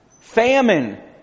famine